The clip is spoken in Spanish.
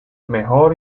mejor